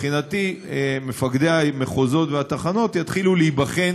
מבחינתי, מפקדי המחוזות והתחנות יתחילו להיבחן